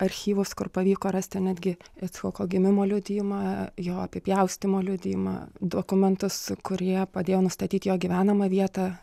archyvus kur pavyko rasti netgi icchoko gimimo liudijimą jo apipjaustymo liudijimą dokumentus kurie padėjo nustatyt jo gyvenamą vietą